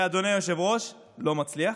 אדוני היושב-ראש, ולא מצליח.